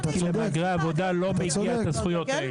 כי למהגרי עבודה לא מגיע את הזכויות שלהם.